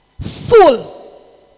full